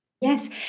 Yes